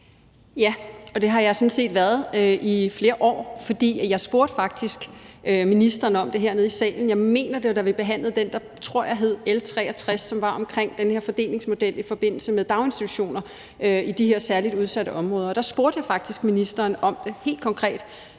Ja, og det har jeg sådan set været i flere år. For jeg spurgte faktisk ministeren om det hernede i salen – jeg mener, det var, da vi behandlede det forslag, der hed L 63, som var omkring den her fordelingsmodel i forbindelse med daginstitutioner i de her særligt udsatte områder – hvor jeg helt konkret